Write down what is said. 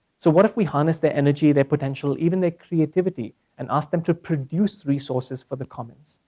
so what if we harness their energy, their potential, even their creativity, and ask them to produce resources for their comments.